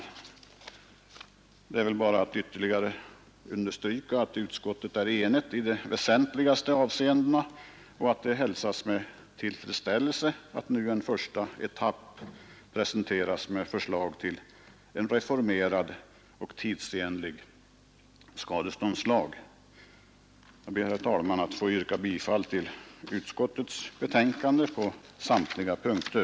Det återstår väl bara att ytterligare understryka att utskottet är enigt i de väsentligaste avseendena och hälsar med tillfredsställelse att det nu som en första etapp presenteras förslag till en reformerad och tidsenlig skadeståndslag. Jag ber, herr talman, att få yrka bifall till utskottets hemställan på samtliga punkter.